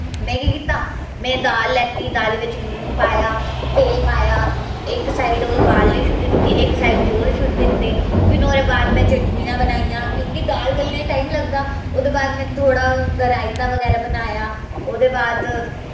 में केह् कीत्ता में दाल लैती दाली बिच लून पाया तेल पाया इक साइड गालने छोड़ी दित्ती इक साइड चौल छोड़ी दित्ते फिर नुआढ़े बाद में चटनियां बनाइयां क्यूंकि दाल गलने टाइम लगदा ओह्दे बाद में थोह्ड़ा रायता बगैरा बनाया ओह्दे बाद